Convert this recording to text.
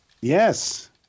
Yes